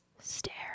Stare